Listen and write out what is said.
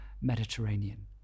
Mediterranean